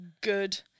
good